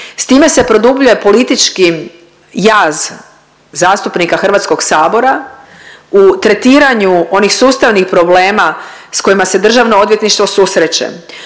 S time se produbljuje politički jaz zastupnika Hrvatskog sabora u tretiranju onih sustavnih problema s kojima se državno odvjetništvo susreće.